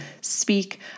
speak